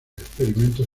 experimentos